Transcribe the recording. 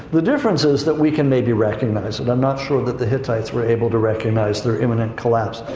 the difference is that we can maybe recognize it. i'm not sure that the hittites were able to recognize their imminent collapse,